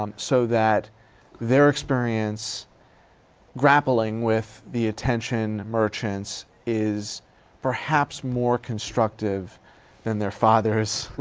um so that their experience grappling with the attention merchants is perhaps more constructive than their father's